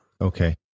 Okay